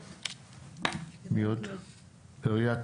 עיריית